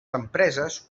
empreses